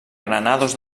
granados